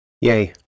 Yay